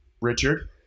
Richard